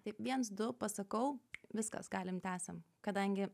taip viens du pasakau viskas galim tęsiam kadangi